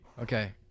Okay